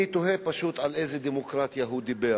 אני תוהה פשוט על איזו דמוקרטיה הוא דיבר.